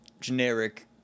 generic